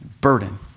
Burden